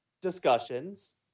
discussions